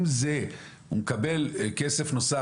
אם החברה מקבלת כסף נוסף,